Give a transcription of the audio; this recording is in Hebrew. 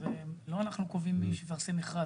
זה לא אנחנו קובעים מכרז.